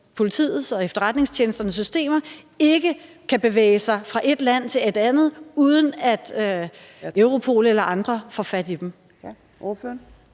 politiets og efterretningstjenesternes systemer, ikke kan bevæge sig fra et land til et andet, uden at Europol eller andre får fat i dem.